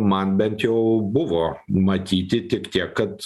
man bent jau buvo matyti tik tiek kad